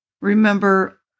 Remember